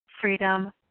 Freedom